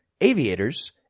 aviators